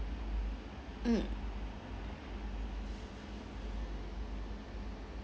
mm